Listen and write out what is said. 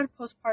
postpartum